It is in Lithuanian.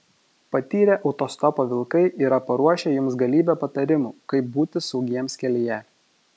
patyrę autostopo vilkai yra paruošę jums galybę patarimų kaip būti saugiems kelyje